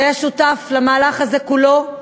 שהיה שותף למהלך הזה כולו,